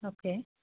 okay